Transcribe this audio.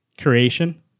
creation